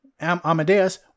Amadeus